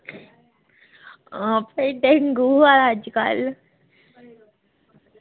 हां फ्ही डेंगू ऐ अज्जकल